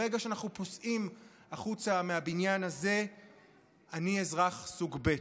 ברגע שאנחנו פוסעים החוצה מהבניין הזה אני אזרח סוג ב'.